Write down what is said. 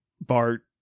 bart